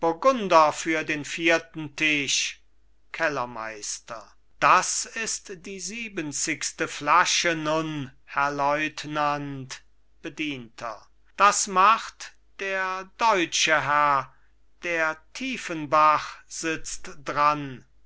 für den vierten tisch kellermeister das ist die siebenzigste flasche nun herr leutnant bedienter das macht der deutsche herr der tiefenbach sitzt dran